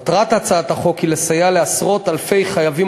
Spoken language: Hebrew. מטרת הצעת החוק היא לסייע לעשרות-אלפי חייבים